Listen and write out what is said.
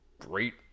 great